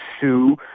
sue